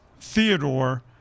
Theodore